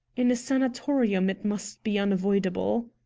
in a sanatorium it must be unavoidable.